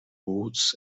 woods